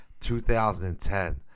2010